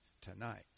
tonight